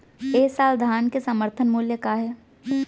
ए साल धान के समर्थन मूल्य का हे?